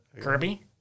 Kirby